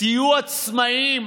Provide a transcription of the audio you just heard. תהיו עצמאיים.